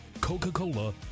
Coca-Cola